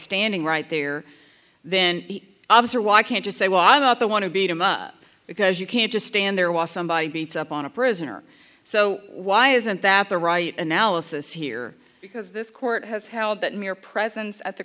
standing right there then the obvious or why can't just say well i'm not the want to beat him up because you can't just stand there while somebody beats up on a prisoner so why isn't that the right analysis here because this court has held that mere presence at the